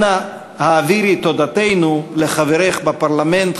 אנא העבירי את תודתנו לחברייך בפרלמנט,